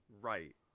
right